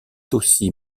aussi